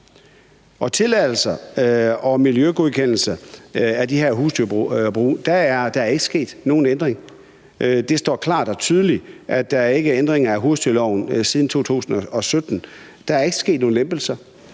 tilladelser og miljøgodkendelser af de her husdyrbrug er der ikke sket nogen ændring; det står klart og tydeligt, at der ikke er nogen ændringer i husdyrloven siden 2017. Der er ikke sket nogen lempelser,